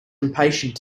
impatient